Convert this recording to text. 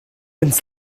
ins